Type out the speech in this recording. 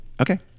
Okay